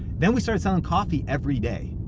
then we started selling coffee every day.